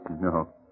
No